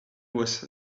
was